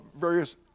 various